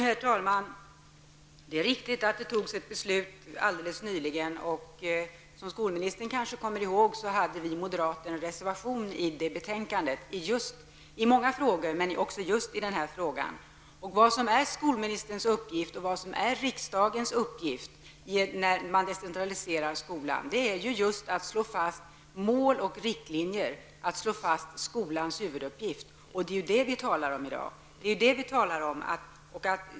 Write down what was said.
Herr talman! Det är riktigt att det alldeles nyligen fattades ett beslut på detta område. Som skolministern kanske kommer ihåg hade vi moderater till betänkandet reservationer i många frågor, också när det gäller just denna fråga. Skolministerns och riksdagens uppgift i samband med att man decentraliserar skolan är just att slå fast mål och riktlinjer, att slå fast vad som är skolans huvuduppgift. Det är ju detta vi talar om i dag.